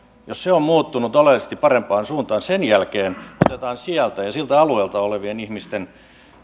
jos se on muuttunut oleellisesti parempaan suuntaan sen jälkeen otetaan sieltä ja siltä alueelta olevien ihmisten